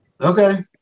Okay